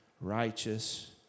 righteous